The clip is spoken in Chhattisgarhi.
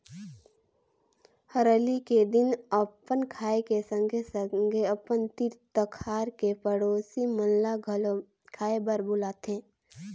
हरेली के दिन अपन खाए के संघे संघे अपन तीर तखार के पड़ोसी मन ल घलो खाए बर बुलाथें